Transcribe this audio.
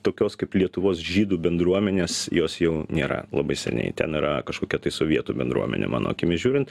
tokios kaip lietuvos žydų bendruomenės jos jau nėra labai seniai ten yra kažkokia tai sovietų bendruomenė mano akimis žiūrint